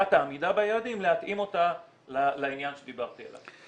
מידת העמידה ביעדים להתאים לעניין שדיברתי עליו.